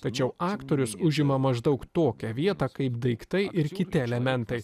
tačiau aktorius užima maždaug tokią vietą kaip daiktai ir kiti elementai